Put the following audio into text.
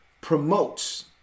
Promotes